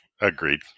Agreed